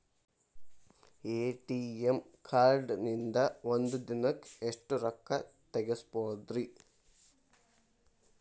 ATM ಕಾರ್ಡ್ನ್ಯಾಗಿನ್ದ್ ಒಂದ್ ದಿನಕ್ಕ್ ಎಷ್ಟ ರೊಕ್ಕಾ ತೆಗಸ್ಬೋದ್ರಿ?